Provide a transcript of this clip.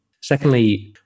secondly